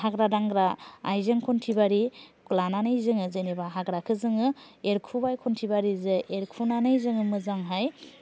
हाग्रा दांग्रा आइजें खन्थिबारि लानानै जोङो जेनेबा हाग्राखौ जोङो एरखुबाय खन्थिबारिजों एरखुनानै जोङो मोजां हाय